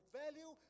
value